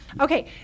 okay